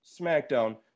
SmackDown